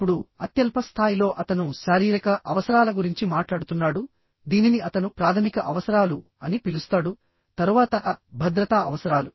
ఇప్పుడు అత్యల్ప స్థాయిలో అతను శారీరక అవసరాల గురించి మాట్లాడుతున్నాడు దీనిని అతను ప్రాథమిక అవసరాలు అని పిలుస్తాడు తరువాత భద్రతా అవసరాలు